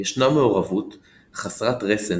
ישנה מעורבות חסרת רסן,